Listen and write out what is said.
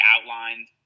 outlined